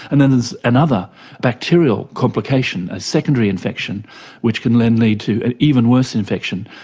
and then there's another bacterial complication, a secondary infection which can then lead to an even worse infection,